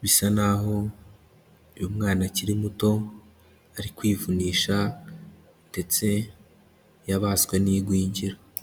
bisa naho uyu mwana akiri muto, ari kwivunisha ndetse yabaswe n'igwingira.